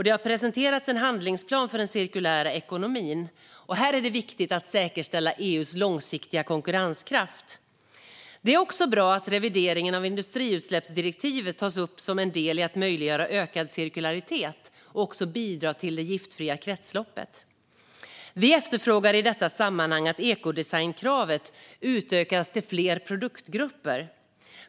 Det har presenterats en handlingsplan för den cirkulära ekonomin. Här är det viktigt att säkerställa EU:s långsiktiga konkurrenskraft. Det är också bra att revideringen av industriutsläppsdirektivet tas upp som en del i att möjliggöra ökad cirkularitet och bidra till det giftfria kretsloppet. Vi efterfrågar i detta sammanhang att ekodesignkravet utökas till fler produktgrupper.